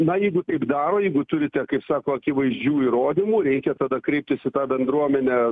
na jeigu taip daro jeigu turite kaip sako akivaizdžių įrodymų reikia tada kreiptis į tą bendruomenę